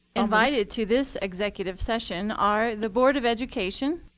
invited to this executive session are the board of education,